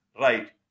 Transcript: right